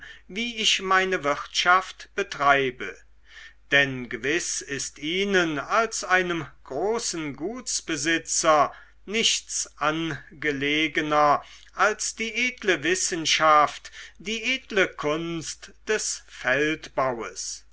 wie ich meine wirtschaft betreibe denn gewiß ist ihnen als einem großen gutsbesitzer nichts angelegener als die edle wissenschaft die edle kunst des feldbaues